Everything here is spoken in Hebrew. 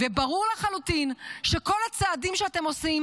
וברור לחלוטין שכל הצעדים שאתם עושים